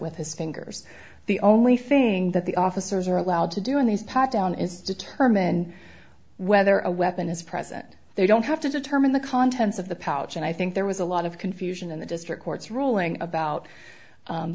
with his fingers the only thing that the officers are allowed to do in these pot down is determine whether a weapon is present they don't have to determine the contents of the pouch and i think there was a lot of confusion in the district court's ruling about